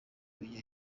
kumenya